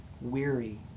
weary